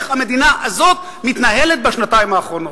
איך המדינה הזאת מתנהלת בשנתיים האחרונות.